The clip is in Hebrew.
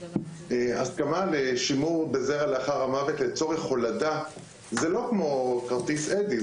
הסכמה לשימור בזרע לאחר המוות לצורך הולדה זה לא כמו כרטיס אדי.